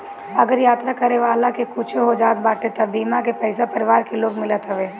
अगर यात्रा करे वाला के कुछु हो जात बाटे तअ बीमा के पईसा परिवार के लोग के मिलत हवे